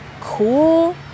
cool